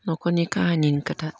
न'खरनि खाहानिनि खोथा